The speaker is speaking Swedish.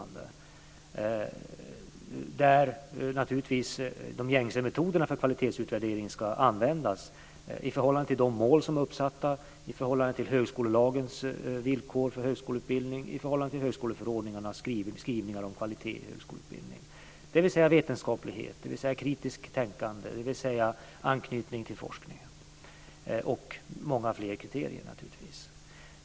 Naturligtvis ska de gängse metoderna för kvalitetsutvärdering användas i förhållande till de mål som är uppsatta, i förhållande till högskolelagens villkor för högskoleutbildning, i förhållande till högskoleförordningarnas skrivningar om kvalitet i högskoleutbildning, dvs. vetenskaplighet, kritiskt tänkande, anknytning till forskningen och många fler kriterier.